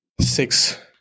six